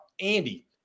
Andy